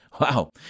Wow